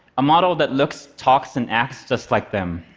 a model that looks, talks and acts just like them?